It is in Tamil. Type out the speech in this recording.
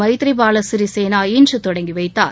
மைத்ரிபால சிறிசேனா இன்று தொடங்கி வைத்தார்